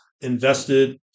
invested